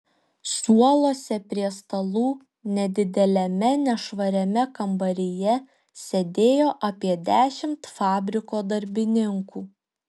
suoluose prie stalų nedideliame nešvariame kambaryje sėdėjo apie dešimt fabriko darbininkų